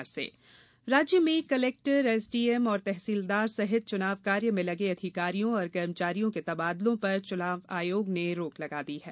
चुनाव रोक राज्य में कलेक्टर एसडीएम और तहसीलदार सहित चुनाव कार्य में लगे अधिकारियों और कर्मचारियों के तबादलों पर चुनाव आयोग ने रोक लगा दी है